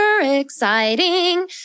exciting